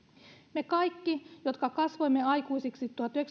me kaikki jotka kasvoimme aikuisiksi